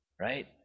right